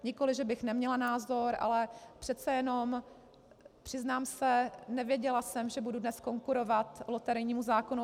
Nikoliv že bych neměla názor, ale přece jenom, přiznám se, nevěděla jsem, že budu dnes konkurovat loterijnímu zákonu.